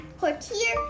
courtier